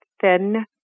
thin